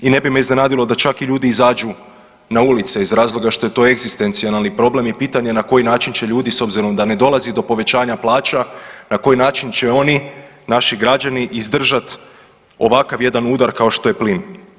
I ne bi me iznenadilo da čak i ljudi izađu na ulice iz razloga što je to egzistencijalni problem i pitanje na koji način će ljudi s obzirom da ne dolazi do povećanja plaća, na koji način će oni naši građani izdržati ovakav jedan udar kao što je plin.